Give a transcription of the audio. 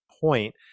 point